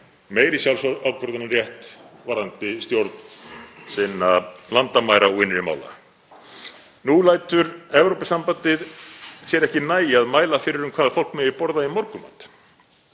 meiri sjálfsákvörðunarrétt varðandi stjórn sinna landamæra og innri mála. Nú lætur Evrópusambandið sér ekki nægja að mæla fyrir um hvað fólk megi borða morgunmat